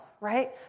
right